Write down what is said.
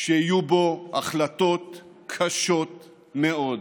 שיהיו בו החלטות קשות מאוד.